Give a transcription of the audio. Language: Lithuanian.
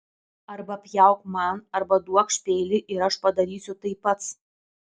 arba pjauk man arba duokš peilį ir aš padarysiu tai pats